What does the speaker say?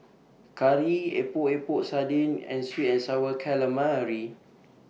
Curry Epok Epok Sardin and Sweet and Sour Calamari